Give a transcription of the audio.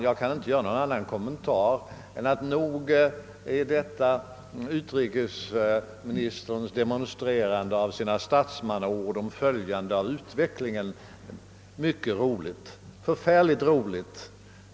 Jag kan inte göra någon annan kommentar än den, att nog är det mycket roligt detta utrikesministerns demonstrerande av sina visa statsmannaord om »följande av utvecklingen» — förfärligt roligt.